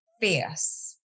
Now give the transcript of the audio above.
fierce